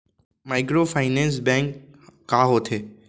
Microfinance bank का होथे?